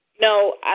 No